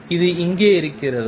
இது இங்கே இருக்கிறதா